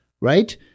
right